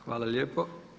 Hvala lijepo.